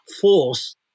force